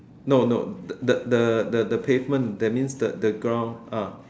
no no the the the the pavement that means the the ground ah